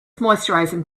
moisturising